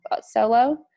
solo